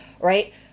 Right